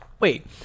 Wait